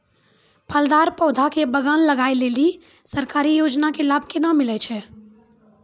फलदार पौधा के बगान लगाय लेली सरकारी योजना के लाभ केना मिलै छै?